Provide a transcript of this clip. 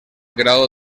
grau